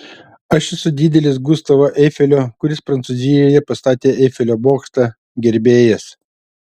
aš esu didelis gustavo eifelio kuris prancūzijoje pastatė eifelio bokštą gerbėjas